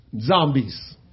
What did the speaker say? zombies